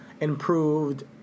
Improved